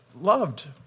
loved